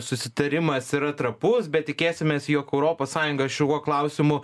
susitarimas yra trapus bet tikėsimės jog europos sąjunga šiuo klausimu